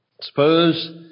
Suppose